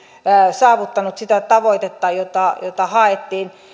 saavuttanut sitä tavoitetta jota jota haettiin